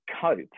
cope